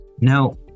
Now